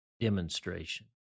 demonstration